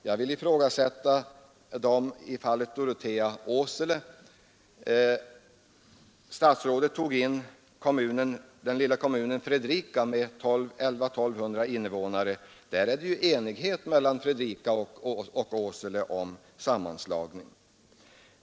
Jag vill ifrågasätta dem i fallet Dorotea—Åsele. Statsrådet tog som exempel den lilla kommunen Fredrika med 1 200 invånare. Men det råder ju enighet mellan Fredrika och Åsele om en sammanslagning.